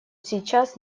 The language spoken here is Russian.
сейчас